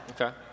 Okay